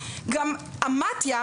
גם המתי"א,